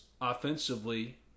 offensively